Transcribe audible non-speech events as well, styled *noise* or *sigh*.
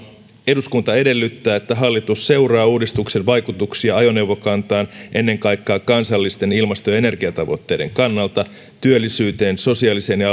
eduskunta edellyttää että hallitus seuraa uudistuksen vaikutuksia ajoneuvokantaan ennen kaikkea kansallisten ilmasto ja energiatavoitteiden kannalta työllisyyteen sosiaaliseen ja *unintelligible*